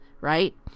Right